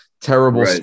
terrible